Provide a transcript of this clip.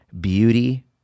beauty